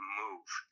move